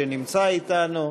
שנמצא אתנו,